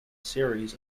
series